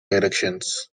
directions